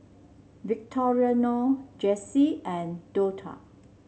Victoriano Jessi and Dortha